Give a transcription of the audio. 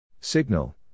Signal